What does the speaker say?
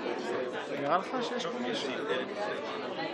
שסומך על אחדות ייכזב ויתאכזב פעם נוספת.